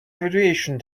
graduation